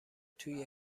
توی